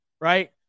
right